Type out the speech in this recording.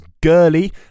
girly